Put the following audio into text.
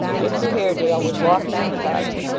mr haredale was walking in the garden,